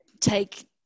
take